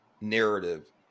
narrative